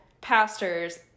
pastors